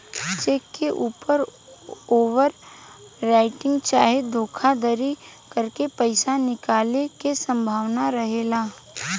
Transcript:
check के ऊपर overwriting चाहे धोखाधरी करके पईसा निकाले के संभावना रहेला